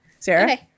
Sarah